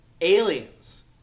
Aliens